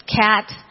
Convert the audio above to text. cat